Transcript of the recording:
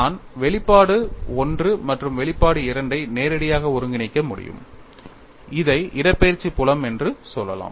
நான் வெளிப்பாடு ஒன்று மற்றும் வெளிப்பாடு இரண்டை நேரடியாக ஒருங்கிணைக்க முடியும் இதை இடப்பெயர்ச்சி புலம் என்று சொல்லலாம்